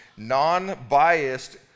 non-biased